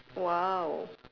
!wow!